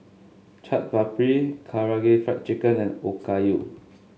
Chaat Papri Karaage Fried Chicken and Okayu